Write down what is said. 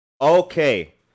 Okay